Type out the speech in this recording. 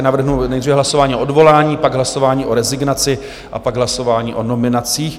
Navrhnu nejdříve hlasování o odvolání, pak hlasování o rezignaci a pak hlasování o nominacích.